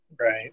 right